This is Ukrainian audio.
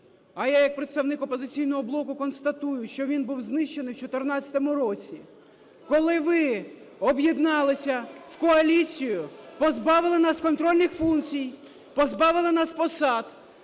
А я як представник "Опозиційного блоку" констатую, що він був знищений в 14-му році, коли ви об'єдналися в коаліцію, позбавили нас контрольних функцій, позбавили нас посад,